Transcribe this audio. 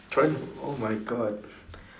trying to oh my god